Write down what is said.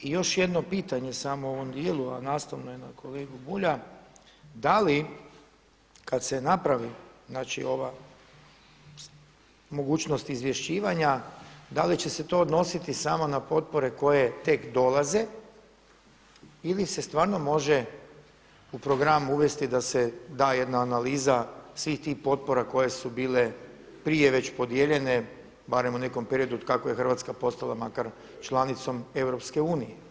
I još jedno pitanje samo u ovom dijelu, a nastavno je na kolegu Bulja, da li kada se napravi ova mogućnost izvješćivanja, da li će se to odnositi samo na potpore koje tek dolaze ili se stvarno može u program uvesti da se da jedna analiza svih tih potpora koje su bile prije već podijeljene, barem u nekom periodu od kako je Hrvatska postala makar članicom EU.